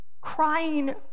crying